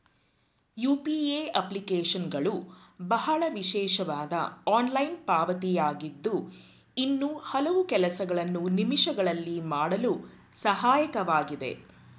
UPA ಅಪ್ಲಿಕೇಶನ್ಗಳು ಬಹಳ ವಿಶೇಷವಾದ ಆನ್ಲೈನ್ ಪಾವತಿ ಆಗಿದ್ದು ಇನ್ನೂ ಹಲವು ಕೆಲಸಗಳನ್ನು ನಿಮಿಷಗಳಲ್ಲಿ ಮಾಡಲು ಸಹಾಯಕವಾಗಿದೆ